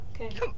okay